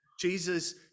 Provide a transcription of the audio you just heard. Jesus